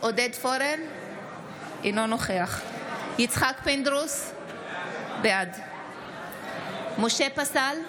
אינו נוכח יצחק פינדרוס, בעד משה פסל,